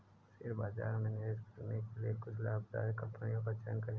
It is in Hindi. शेयर बाजार में निवेश करने के लिए कुछ लाभदायक कंपनियों का चयन करें